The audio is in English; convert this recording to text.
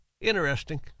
interesting